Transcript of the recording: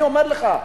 אני אומר לך.